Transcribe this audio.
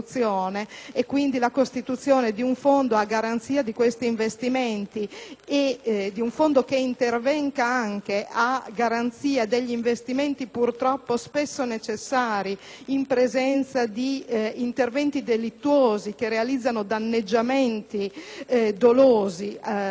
di un fondo a garanzia di questi investimenti, purtroppo spesso necessari in presenza di interventi delittuosi che realizzano danneggiamenti dolosi nei confronti delle produzioni di tali imprese, è misura indispensabile